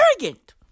Arrogant